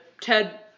ted